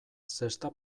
zesta